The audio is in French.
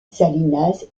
salinas